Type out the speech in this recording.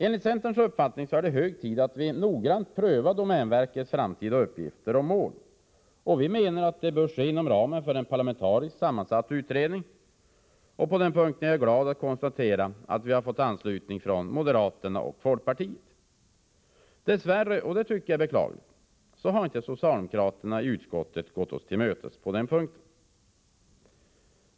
Enligt centerns uppfattning är det hög tid att noggrant pröva domänverkets framtida uppgifter och mål. Vi menar att det bör ske inom ramen för en parlamentariskt sammansatt utredning. På den punkten är jag glad att konstatera att vi har fått anslutning både från moderaterna och från folkpartiet. Dock, och det tycker jag är beklagligt, har socialdemokraterna i utskottet inte gått oss till mötes på den punkten.